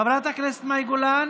חברת הכנסת מאי גולן,